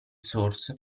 source